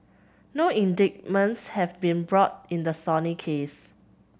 no indictments have been brought in the Sony case